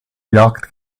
jagd